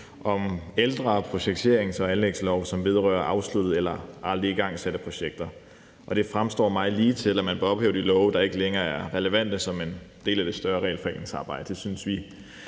om ældre projekterings- og anlægslove, som vedrører afsluttede eller aldrig igangsatte projekter, og det fremstår for mig ligetil, at man bør ophæve de love, der ikke er relevante, som en del af det større regelforenklingsarbejde.